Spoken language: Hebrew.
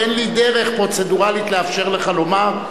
ואין לי דרך פרוצדורלית לאפשר לך לומר.